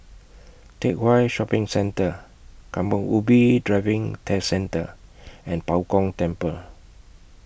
Teck Whye Shopping Centre Kampong Ubi Driving Test Centre and Bao Gong Temple